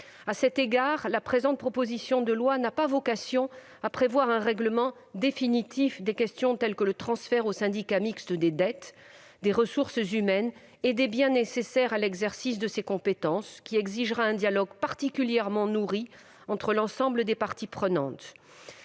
À cet égard, cette proposition de loi n'a pas vocation à résoudre définitivement des questions comme le transfert au syndicat mixte des dettes, des ressources humaines et des biens nécessaires à l'exercice de ses compétences. Ce chantier exigera un dialogue particulièrement nourri entre l'ensemble des parties prenantes.